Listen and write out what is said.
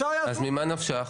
השאר יעשו.